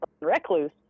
recluse